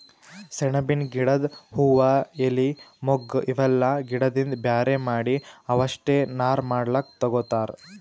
ಸೆಣಬಿನ್ ಗಿಡದ್ ಹೂವಾ ಎಲಿ ಮೊಗ್ಗ್ ಇವೆಲ್ಲಾ ಗಿಡದಿಂದ್ ಬ್ಯಾರೆ ಮಾಡಿ ಅವಷ್ಟೆ ನಾರ್ ಮಾಡ್ಲಕ್ಕ್ ತಗೊತಾರ್